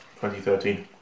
2013